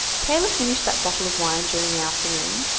taylor finished that bottle of wine during the afternoon,